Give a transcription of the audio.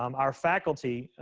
um our faculty,